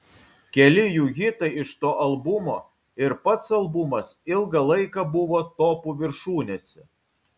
keli jų hitai iš to albumo ir pats albumas ilgą laiką buvo topų viršūnėse